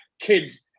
kids